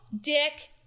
dick